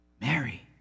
mary